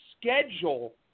schedule